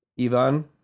Ivan